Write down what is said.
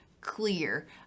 clear